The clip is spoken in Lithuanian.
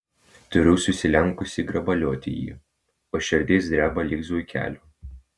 turiu susilenkusi grabalioti jį o širdis dreba lyg zuikelio